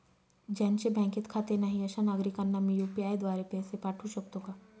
ज्यांचे बँकेत खाते नाही अशा नागरीकांना मी यू.पी.आय द्वारे पैसे पाठवू शकतो का?